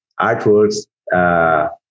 artworks